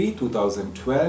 2012